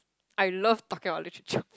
I love talking about literature